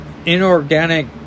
inorganic